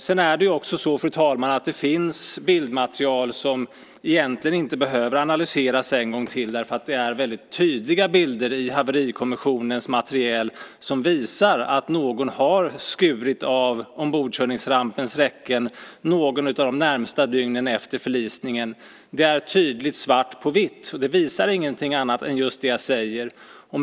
Sedan finns det bildmaterial som egentligen inte behöver analyseras en gång till eftersom bilderna i haverikommissionens material är väldigt tydliga och visar att någon skurit av ombordkörningsrampens räcken något av de närmaste dygnen efter förlisningen. Det finns svart på vitt och visar ingenting annat än just det som jag säger.